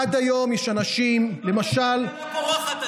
עד היום יש אנשים, קיבלתם כלכלה פורחת.